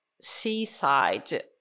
seaside